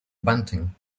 bunting